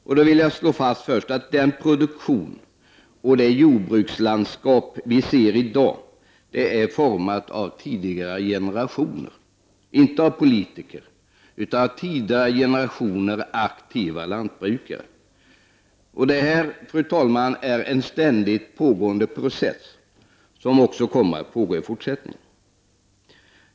Jag vill då först slå fast att den produktion och det jordbrukslandskap som vi ser i dag är format av tidigare generationer — inte av politiker, utan av tidigare generationer aktiva lantbrukare. Det är, fru talman, en ständigt pågående process som också kommer att pågå i framtiden.